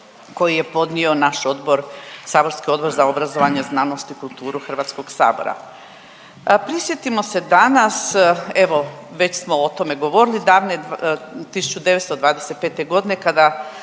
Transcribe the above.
koji je podnio naš odbor, saborski Odbor za obrazovanje, znanost i kulturu Hrvatskog sabora. Prisjetimo se danas evo već smo o tome govorili, davne 1925. godine kada